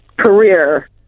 career